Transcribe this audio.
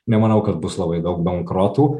nemanau kad bus labai daug bankrotų